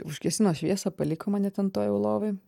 užgesino šviesą paliko mane ten toj jau lovoj